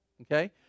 okay